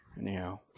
anyhow